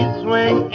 swing